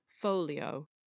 Folio